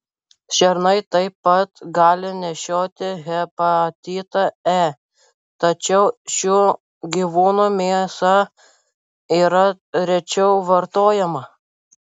šernai taip pat gali nešioti hepatitą e tačiau šių gyvūnų mėsa yra rečiau vartojama